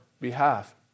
behalf